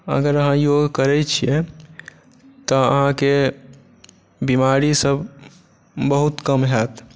अगर अहाँ योग करै छिए तऽ अहाँके बेमारीसब बहुत कम हैत